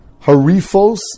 Harifos